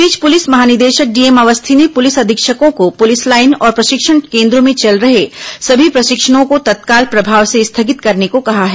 इस बीच पुलिस महानिदेशक डीएम अवस्थी ने पुलिस अधीक्षकों को पुलिस लाईन और प्रशिक्षण केन्द्रों में चल रहे सभी प्रशिक्षणों को तत्काल प्रभाव से स्थगित करने कहा है